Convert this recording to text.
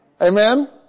Amen